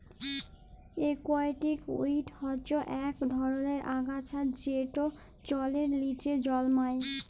aquatic weed হচ্যে ইক ধরলের আগাছা যেট জলের লিচে জলমাই